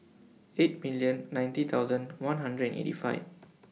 eight million ninety thousand one hundred and eighty five